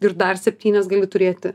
ir dar septynias gali turėti